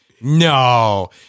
No